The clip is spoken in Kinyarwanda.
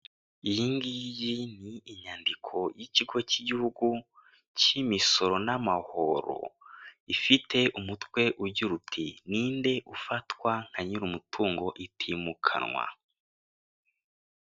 iyingiyi ni inyandiko y'ikigo cy'igihugu cy'imisoro n'amahoro ifite umutwe ugira uti, ni nde ufatwa nka nyir'umutungo itimukanwa.